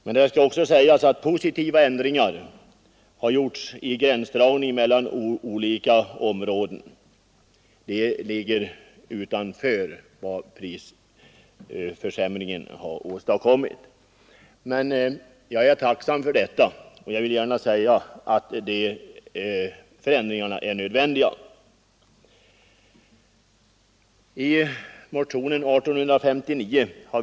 Men det skall också sägas att positiva ändringar, som går utöver en uppjustering med hänsyn till penningvärdeförsämringen, har föreslagits när det gäller gränsdragningen mellan olika områden. Jag är tacksam för detta — dessa förändringar är nödvändiga.